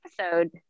episode